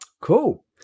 Cool